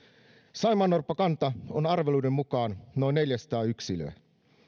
saimaannorppakanta on arveluiden mukaan noin neljäsataa yksilöä